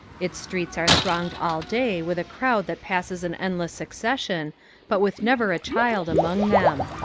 its streets are thronged all day with a crowd that passes in endless succession but with never a child among them.